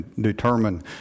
determine